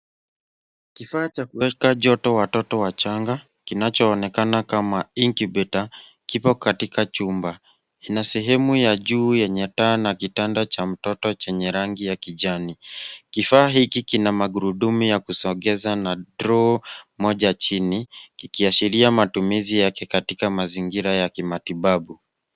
Kifaa cha kuweka joto watoto wachanga, kinachoonekana kama incubator kipo katika chumba. Ina sehemu ya juu yenye taa na kitanda cha mtoto chenye rangi ya kijani. Kifaa hiki kina magurudumu ya kusogeza na draw moja chini, kikiashiria matumizi yake katika mazingira ya kimatibabu.